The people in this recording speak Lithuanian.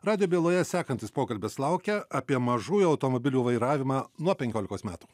radijo byloje sekantis pokalbis laukia apie mažųjų automobilių vairavimą nuo penkiolikos metų